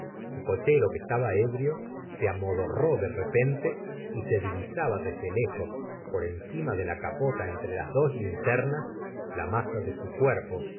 su cochero que estaba ebrio se amodorró de repente y se divisaba desde lejos por encima de la capota entre las dos linternas la masa de su cuerpo